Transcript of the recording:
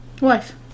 Wife